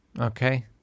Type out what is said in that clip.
Okay